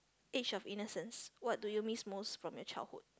age of innocence what do you miss most from your childhood